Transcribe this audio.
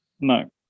No